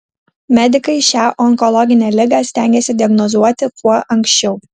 medikai šią onkologinę ligą stengiasi diagnozuoti kuo anksčiau